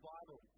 Bible